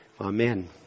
Amen